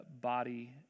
body